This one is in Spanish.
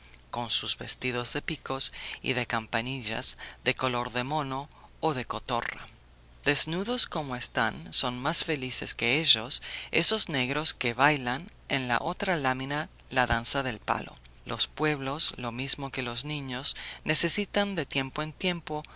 con sus vestidos de picos y de campanillas de color de mono o de cotorra desnudos como están son más felices que ellos esos negros que bailan en la otra lámina la danza del palo los pueblos lo mismo que los niños necesitan de tiempo en tiempo